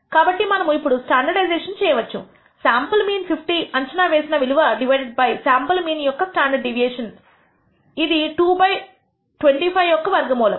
కాబట్టి మనము ఇప్పుడు స్టాండర్డైజేషన్ చేయవచ్చు శాంపుల్ మీన్ 50 అంచనా వేసిన విలువ డివైడెడ్ బై శాంపుల్ మీన్ యొక్క స్టాండర్డ్ డీవియేషన్ఇది 2 బై 25 యొక్క వర్గమూలం